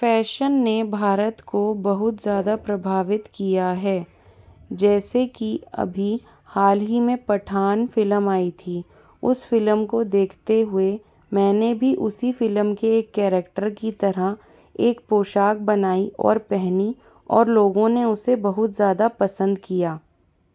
fashion ने भारत को बहुत ज़्यादा प्रभावित किया है जैसे कि अभी हाल ही में पठान फ़िल्म आई थी उस फ़िल्म को देखते हुए मैंने भी उसी फ़िल्म के एक कैरक्टर की तरह एक पोशाक बनाई और पहनी और लोगों ने उसे बहुत ज़्यादा पसंद किया